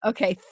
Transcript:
Okay